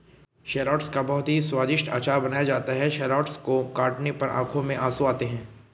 shallots का बहुत ही स्वादिष्ट अचार बनाया जाता है शैलोट्स को काटने पर आंखों में आंसू आते हैं